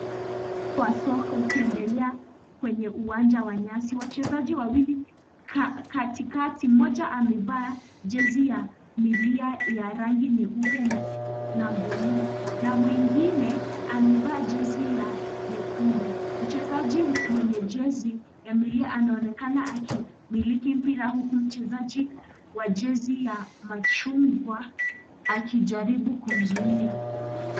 Mchezo wa soka ukiendelea kwenye uwanja wa nyasi. Wachezaji wawili katikati, mmoja amevaa jezi ya milia ya rangi nyeupe na buluu, na mwingine amevaa jezi ya nyekundu. Mchezaji mwenye jezi ya milia anaonekana akimiliki mpira, huku mchezaji wa jezi la machungwa akijaribu kumzuia.